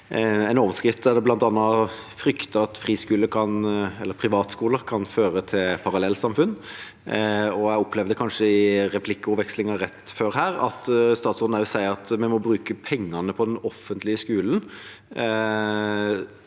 en overskrift der en bl.a. frykter at privatskoler kan føre til parallellsamfunn. Jeg opplevde kanskje i replikkordvekslingen rett før her at statsråden sa at vi må bruke pengene på den offentlige skolen,